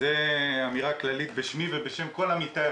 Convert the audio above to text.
זאת אמירה כללית בשמי ובשם כל עמיתיי,